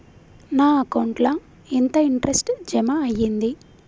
నా అకౌంట్ ల ఎంత ఇంట్రెస్ట్ జమ అయ్యింది?